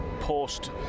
post